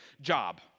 job